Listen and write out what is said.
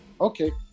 okay